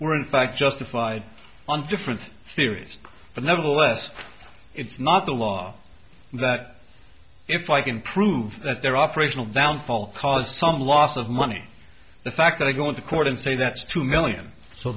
were in fact justified on different theories but nevertheless it's not the law that if i can prove that their operational downfall cause some loss of money the fact that i go into court and say that's two million so